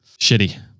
shitty